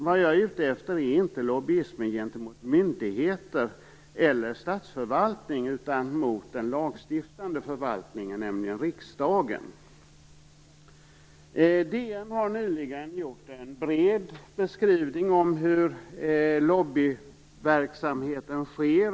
Vad jag är ute efter är inte lobbyism gentemot myndigheter eller statsförvaltning utan mot den lagstiftande församlingen, nämligen riksdagen. DN har nyligen gjort en bred beskrivning av hur lobbyverksamheten sker.